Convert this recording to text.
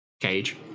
cage